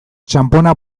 txanpona